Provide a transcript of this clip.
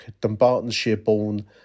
Dumbartonshire-born